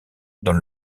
dans